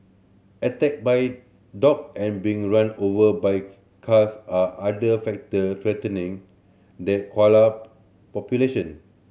attack by dog and being run over by cars are other factor threatening the koala population